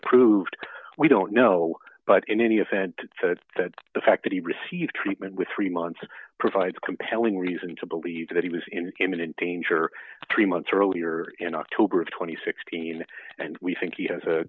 approved we don't know but in any event said that the fact that he received treatment with three months provides compelling reason to believe that he was in imminent danger three months earlier in october of two thousand and sixteen and we think he has a